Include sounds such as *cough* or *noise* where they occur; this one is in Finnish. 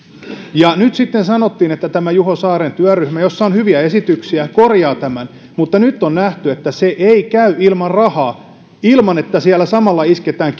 ja nyt sitten sanottiin että tämä juho saaren työryhmä jossa on hyviä esityksiä korjaa tämän mutta nyt on nähty että se ei käy ilman rahaa ei ilman että samalla isketään *unintelligible*